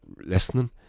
listening